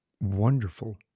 wonderful